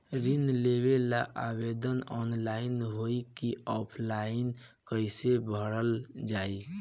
ऋण लेवेला आवेदन ऑनलाइन होई की ऑफलाइन कइसे भरल जाई?